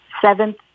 seventh